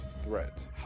Threat